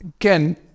again